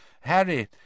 Harry